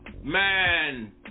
Man